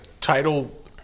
title